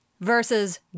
versus